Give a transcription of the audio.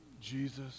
Jesus